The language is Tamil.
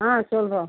ஆ சொல்கிறோம்